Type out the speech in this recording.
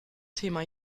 thema